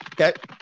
Okay